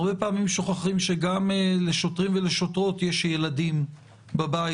הרבה פעמים שוכחים שגם לשוטרים ולשוטרות יש ילדים בבית